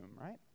right